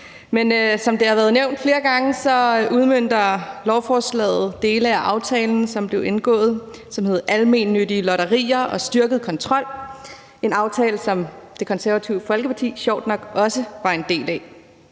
dag. Som det har været nævnt flere gange, udmønter lovforslaget dele af aftalen, som blev indgået, og som hedder »Almennyttige lotterier og styrket kontrol« – en aftale, som Det Konservative Folkeparti sjovt nok også var en del af.